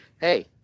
hey